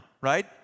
right